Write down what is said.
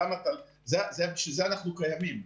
בשביל זה אנחנו קיימים.